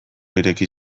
ireki